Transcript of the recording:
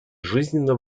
жизненно